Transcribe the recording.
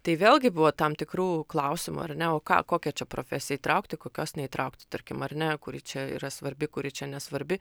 tai vėlgi buvo tam tikrų klausimų ar ne o ką kokią čia profesiją įtraukti kokios neįtraukti tarkim ar ne kuri čia yra svarbi kuri čia nesvarbi